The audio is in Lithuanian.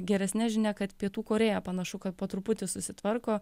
geresne žinia kad pietų korėja panašu kad po truputį susitvarko